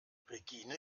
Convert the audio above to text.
regine